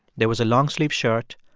there was a long-sleeved shirt,